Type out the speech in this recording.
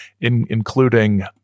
including